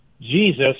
Jesus